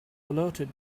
alerted